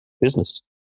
business